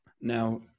Now